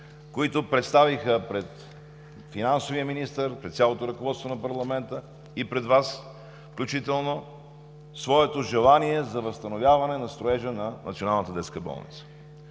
които представиха пред финансовия министър, пред цялото ръководство на парламента и пред Вас включително, своето желание за възстановяване на строежа на